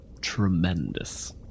tremendous